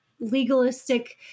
legalistic